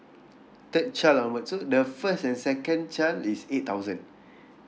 third child onwards so the first and second child is eight thousand